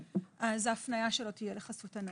אז ההפניה שלו תהיה לחסות הנוער.